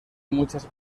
muchas